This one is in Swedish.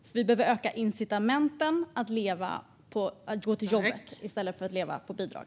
Vi behöver nämligen öka incitamenten att gå till jobbet i stället för att leva på bidrag.